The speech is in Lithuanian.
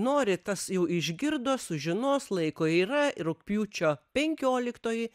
nori tas jau išgirdo sužinos laiko yra rugpjūčio penkioliktoji